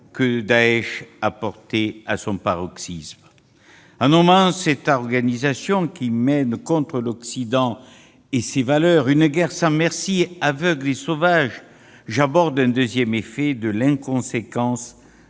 que Daech a porté à son paroxysme. En nommant cette organisation, qui mène contre l'Occident et ses valeurs une guerre sans merci, aveugle et sauvage, j'aborde un deuxième effet de l'inconséquence